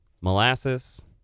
molasses